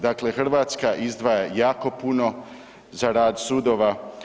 Dakle, Hrvatska izdvaja jako puno za rad sudova.